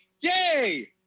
Yay